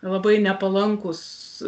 labai nepalankūs